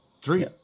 three